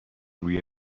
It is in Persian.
روی